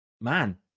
man